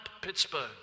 Pittsburgh